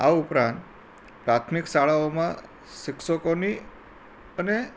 આ ઉપરાંત પ્રાથમિક શાળાઓમાં શિક્ષકોની અને